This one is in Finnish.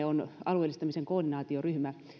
on alueellistamisen koordinaatioryhmä